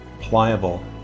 pliable